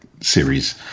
series